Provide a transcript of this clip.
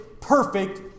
perfect